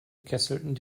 kesselten